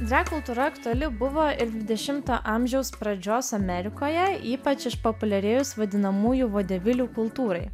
drag kultūra aktuali buvo ir dvidešimto amžiaus pradžios amerikoje ypač išpopuliarėjus vadinamųjų vodevilių kultūrai